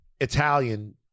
Italian